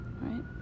Right